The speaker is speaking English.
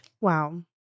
Wow